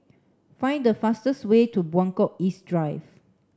find the fastest way to Buangkok East Drive